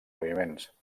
moviments